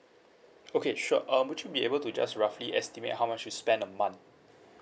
okay sure um would you be able to just roughly estimate how much you spend a month